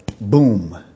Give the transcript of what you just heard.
Boom